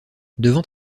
devant